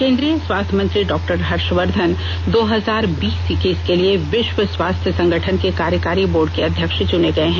केंद्रीय स्वास्थ्य मंत्री डॉ हर्षवर्धन दो हजार बीस इक्कीस के लिए विश्व स्वास्थ्य संगठन के कार्यकारी बोर्ड के अध्यक्ष चुने गए हैं